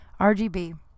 rgb